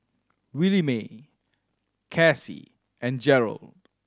Williemae Casie and Jerold